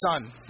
son